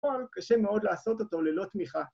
‫אבל קשה מאוד לעשות אותו ‫ללא תמיכה.